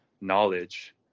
knowledge